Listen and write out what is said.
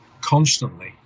constantly